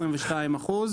חשוב,